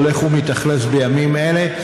שהולך ומתאכלס בימים אלה,